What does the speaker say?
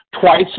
twice